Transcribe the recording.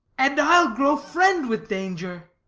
and i'll grow friend with danger.